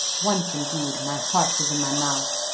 once, indeed, my heart was in my mouth,